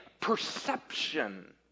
perception